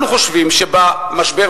אנחנו חושבים שבמשבר,